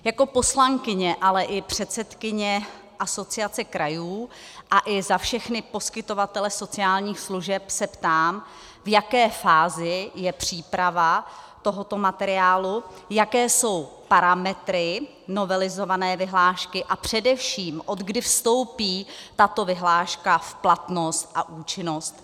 Jako poslankyně, ale i předsedkyně Asociace krajů a i za všechny poskytovatele sociálních služeb se ptám, v jaké fázi je příprava tohoto materiálu, jaké jsou parametry novelizované vyhlášky a především odkdy vstoupí tato vyhláška v platnost a účinnost.